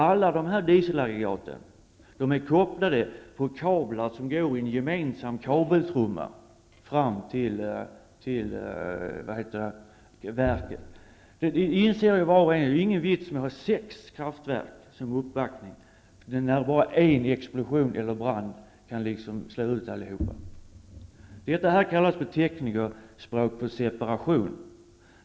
Alla dessa dieselaggregat är kopplade på kablar som går i en gemensam kabeltrumma fram till verket. Var och en inser ju att det inte är någon vits med att ha sex kraftverk som uppbackning, om bara en explosion eller brand kan slå ut allihopa. Detta kallas på teknikerspråk för separation.